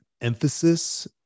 emphasis